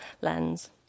lens